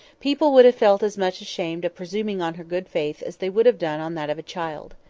people would have felt as much ashamed of presuming on her good faith as they would have done on that of a child.